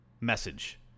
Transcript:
message